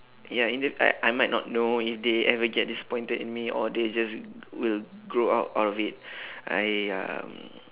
ya in the I I might not know if they ever get disappointed in me or they just will grow out of it I um